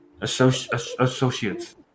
associates